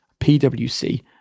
PwC